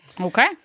Okay